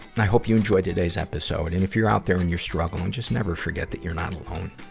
and i hope you enjoyed today's episode. and if you're out there and you're struggling, just never forget that you're not alone.